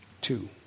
Two